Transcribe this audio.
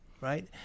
right